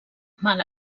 mal